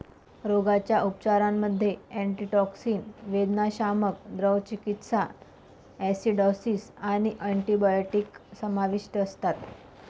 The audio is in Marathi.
रोगाच्या उपचारांमध्ये अँटीटॉक्सिन, वेदनाशामक, द्रव चिकित्सा, ॲसिडॉसिस आणि अँटिबायोटिक्स समाविष्ट असतात